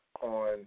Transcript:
on